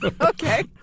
Okay